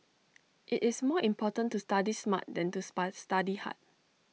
IT is more important to study smart than to spa study hard